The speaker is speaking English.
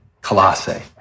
Colossae